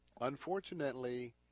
Unfortunately